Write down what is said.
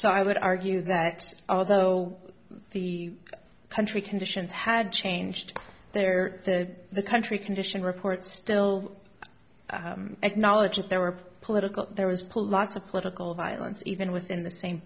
so i would argue that although the country conditions had changed there to the country condition report still acknowledge that there were political there was pull lots of political violence even within the same